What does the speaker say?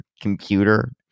computer